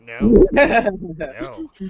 no